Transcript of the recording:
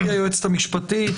גברתי היועצת המשפטית,